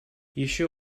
еще